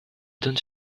donne